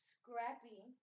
Scrappy